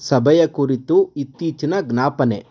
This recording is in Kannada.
ಸಭೆಯ ಕುರಿತು ಇತ್ತೀಚಿನ ಜ್ಞಾಪನೆ